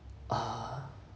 uh